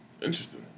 Interesting